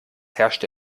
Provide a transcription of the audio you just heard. herrschte